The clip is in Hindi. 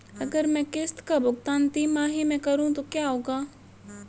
अगर मैं किश्त का भुगतान तिमाही में करूं तो क्या होगा?